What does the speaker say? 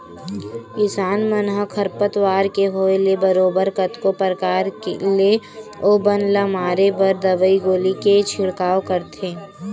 किसान मन ह खरपतवार के होय ले बरोबर कतको परकार ले ओ बन ल मारे बर दवई गोली के छिड़काव करथे